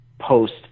post